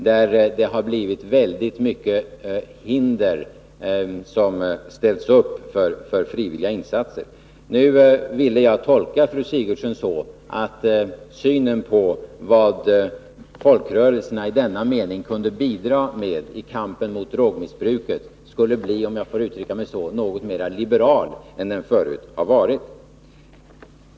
Där har ställts upp många hinder mot sådana frivilliga insatser. Nu ville jag tolka fru Sigurdsen så, att synen på vad folkrörelserna i denna mening kunde bidra med i kampen mot drogmissbruket skulle bli — om jag får uttrycka mig så — något mera liberal än den förut har varit.